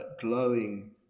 glowing